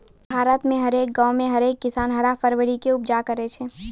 भारत मे हरेक गांवो मे हरेक किसान हरा फरकारी के उपजा करै छै